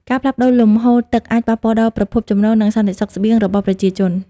ការផ្លាស់ប្តូរលំហូរទឹកអាចប៉ះពាល់ដល់ប្រភពចំណូល និងសន្តិសុខស្បៀងរបស់ប្រជាជន។